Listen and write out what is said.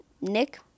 Nick